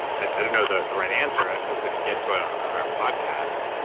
i don't know the the right answer, and we're going to get to it on on our podcast.